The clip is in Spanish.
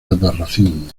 albarracín